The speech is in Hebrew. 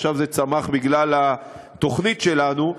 עכשיו זה צמח בגלל התוכנית שלנו,